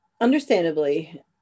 understandably